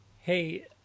Hey